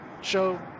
show